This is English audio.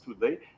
today